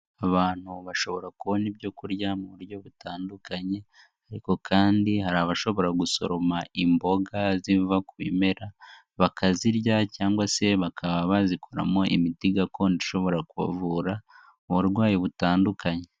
Abantu bashobora kubona ibyo kurya mu buryo butandukanye ariko kandi hari abashobora gusoroma imboga ziva ku bimera, bakazirya cyangwa se bakaba bazikoramo imiti gakondo ishobora kubavura uburwayi butandukanye.